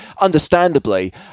understandably